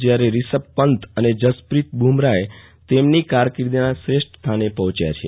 જયારે રિષભ પંચ અને જસપ્રીત બુમરાહ તેમની કારકીર્દીના શ્રેષ્ઠ સ્થાને પહોંચ્યા છે